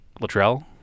Latrell